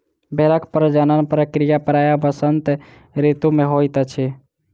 भेड़क प्रजनन प्रक्रिया प्रायः वसंत ऋतू मे होइत अछि